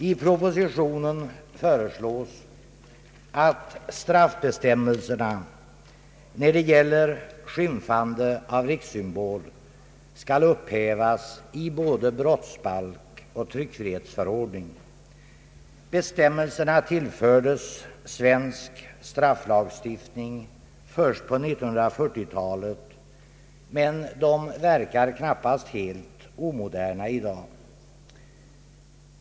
I propositionen föreslås att straffbestämmelserna i fråga om skymfande av rikssymbol skall upphävas i både brottsbalk och tryckfrihetsförordning. Bestämmelserna tillfördes svensk strafflagstiftning under 1940-talet, men de verkar knappast helt omoderna i dag.